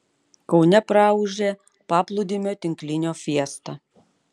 kaune praūžė paplūdimio tinklinio fiesta